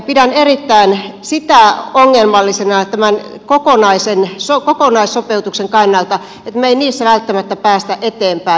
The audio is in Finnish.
pidän erittäin ongelmallisena tämän kokonaissopeutuksen kannalta sitä että me emme niissä välttämättä pääse eteenpäin